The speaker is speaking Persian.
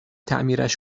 تعمیرش